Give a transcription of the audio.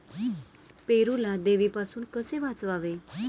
पेरूला देवीपासून कसे वाचवावे?